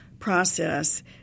process